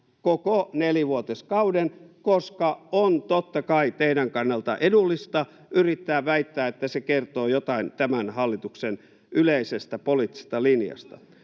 koko nelivuotiskauden, koska on, totta kai, teidän kannaltanne edullista yrittää väittää, että se kertoo jotain tämän hallituksen yleisestä poliittisesta linjasta.